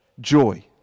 joy